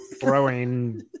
throwing